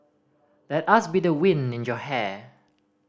let us be the wind in your hair